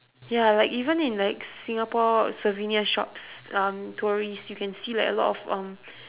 ya like even in like singapore souvenir shops um tourists you can see like a lot of um